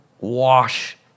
Wash